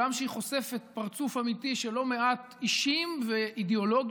כשהיא חושפת פרצוף אמיתי של לא מעט אישים ואידיאולוגיות,